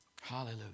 Hallelujah